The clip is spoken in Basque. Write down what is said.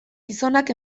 gizonak